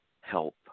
help